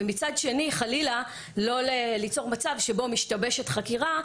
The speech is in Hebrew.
ומצד שני חלילה לא ליצור מצב שבו משתבשת חקירה,